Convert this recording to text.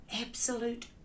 absolute